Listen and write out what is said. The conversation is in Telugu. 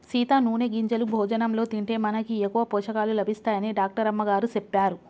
సీత నూనె గింజలు భోజనంలో తింటే మనకి ఎక్కువ పోషకాలు లభిస్తాయని డాక్టర్ అమ్మగారు సెప్పారు